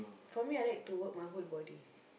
for me I like to work my whole body